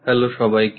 hello সবাইকে